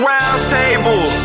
Roundtable